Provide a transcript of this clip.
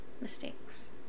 mistakes